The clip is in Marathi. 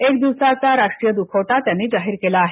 एक दिवसाचा राष्ट्रीय दुखवटा त्यांनी जाहीर केला आहे